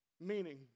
Meaning